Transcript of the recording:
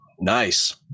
Nice